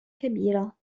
كبيرة